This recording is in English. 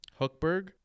Hookberg